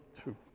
True